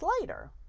later